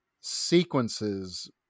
sequences